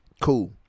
Cool